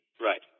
Right